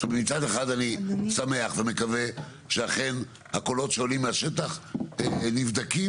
עכשיו מצד אחד אני שמח ומקווה שאכן הקולות שעולים מהשטח נבדקים